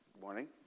Morning